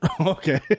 Okay